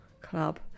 Club